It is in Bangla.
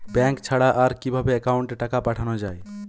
ব্যাঙ্ক ছাড়া আর কিভাবে একাউন্টে টাকা পাঠানো য়ায়?